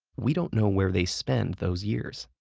we don't know where they spend those years.